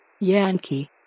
Yankee